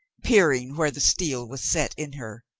peering where the steel was set in her,